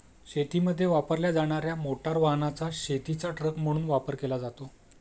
शेतीमध्ये वापरल्या जाणार्या मोटार वाहनाचा शेतीचा ट्रक म्हणून वापर केला जातो